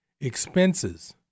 expenses